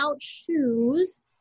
shoes